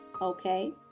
okay